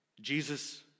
Jesus